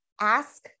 ask